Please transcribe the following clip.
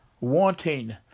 wanting